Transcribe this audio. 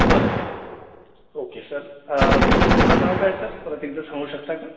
बरं बरं okay sir तुमचं पूर्ण नाव काय सर परत एकदा सांगू शकता का